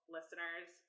Listeners